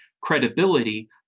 credibility